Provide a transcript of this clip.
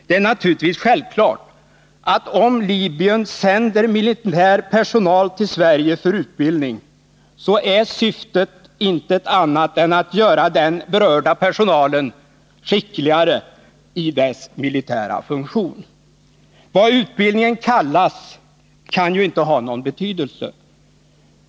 Det är naturligtvis självklart att om Libyen sänder militär personal till Sverige för utbildning, så är syftet inte annat än att göra den berörda personalen skickligare i sin militära funktion. Vad utbildningen kallas kan ju inte ha någon betydelse.